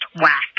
whack